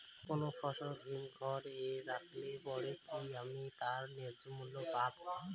কোনো ফসল হিমঘর এ রাখলে পরে কি আমি তার ন্যায্য মূল্য পাব?